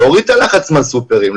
להוריד את הלחץ מהסופרים,